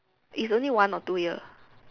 is only one or two year